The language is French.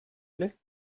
plait